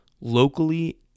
locally